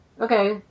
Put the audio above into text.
Okay